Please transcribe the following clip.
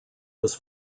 was